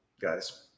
guys